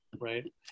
right